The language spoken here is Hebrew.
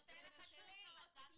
זה נותן לך עוד כלי.